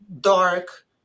dark